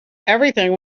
everything